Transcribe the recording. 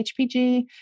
HPG